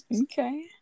okay